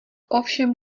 ovšem